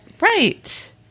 Right